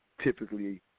typically